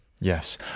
Yes